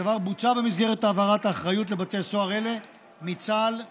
הדבר בוצע במסגרת העברת האחריות לבתי סוהר אלה מצה"ל לשב"ס.